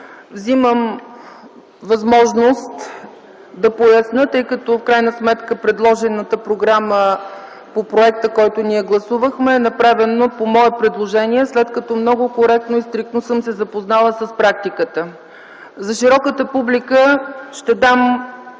вземам думата да поясня, тъй като в крайна сметка предложената програма по проекта, който ние гласувахме, е направен по мое предложение, след като много коректно и стриктно съм се запознала с практиката. За широката публика ще дам